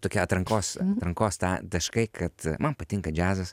tokia atrankos atrankos tą taškai kad man patinka džiazas